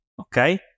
okay